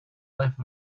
life